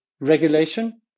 regulation